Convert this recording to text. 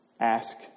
ask